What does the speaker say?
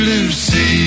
Lucy